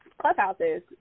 clubhouses